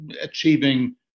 achieving